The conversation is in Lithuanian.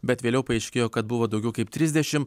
bet vėliau paaiškėjo kad buvo daugiau kaip trisdešimt